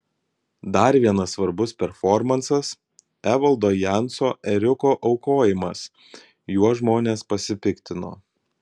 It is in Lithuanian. dar vienas svarbus performansas evaldo janso ėriuko aukojimas juo žmonės pasipiktino